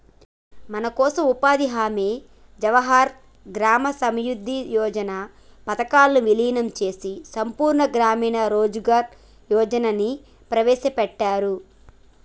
మనకోసం ఉపాధి హామీ జవహర్ గ్రామ సమృద్ధి యోజన పథకాలను వీలినం చేసి సంపూర్ణ గ్రామీణ రోజ్గార్ యోజనని ప్రవేశపెట్టారు